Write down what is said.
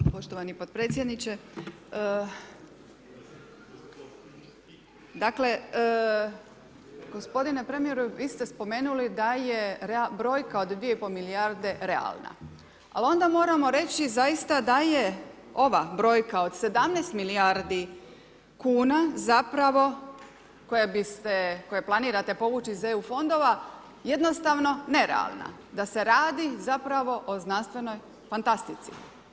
Hvala, poštovani podpredsjedniče, dakle gospodine premijeru vi ste spomenuli da je brojka od 2,5 milijarde realna, al onda moramo reći zaista da je ova brojka od 17 milijardi kuna zapravo koja bi se, koje planirani iz EU fondova jednostavno nerealna da se radi zapravo o znanstvenoj fantastici.